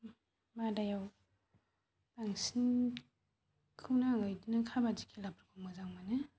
मादायाव बांसिनखौनो आङो बिदिनो काबाडि खेलाफोरखौ मोजां मोनो